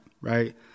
right